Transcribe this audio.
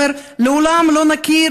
הוא אומר: לעולם לא נכיר,